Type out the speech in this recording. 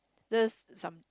just some